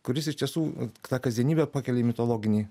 kuris iš tiesų tą kasdienybę pakelia į mitologinį